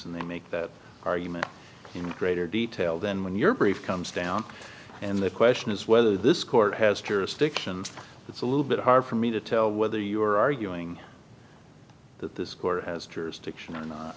and then make that argument in greater detail then when your brief comes down and the question is whether this court has jurisdiction it's a little bit hard for me to tell whether you are arguing that this